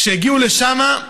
כשהגיעו לשם,